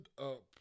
up